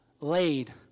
laid